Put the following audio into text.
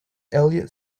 elliott